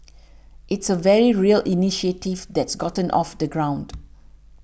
it's a very real initiative that's gotten off the ground